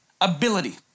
ability